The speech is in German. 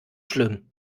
schlimm